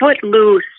Footloose